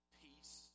peace